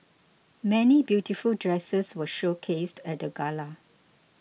many beautiful dresses were showcased at the gala